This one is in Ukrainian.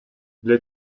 для